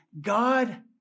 God